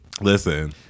Listen